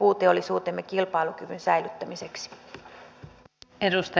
olen myös pahoillani siitä ettei valiokuntatyöskentelyssä